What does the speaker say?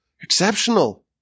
exceptional